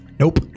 Nope